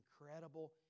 incredible